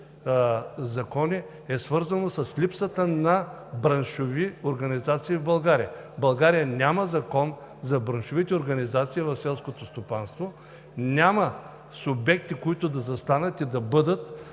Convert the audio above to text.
закони, е свързано с липсата на браншови организации в България. В България няма закон за браншовите организации в селското стопанство, няма субекти, които да застанат и да бъдат,